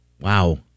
Wow